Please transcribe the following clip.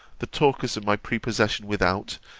the talkers of my prepossession without,